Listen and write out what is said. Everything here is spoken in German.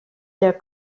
der